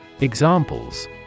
Examples